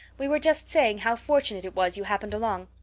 we were just saying how fortunate it was you happened along.